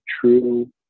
true